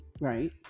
right